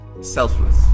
selfless